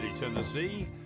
Tennessee